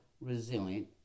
resilient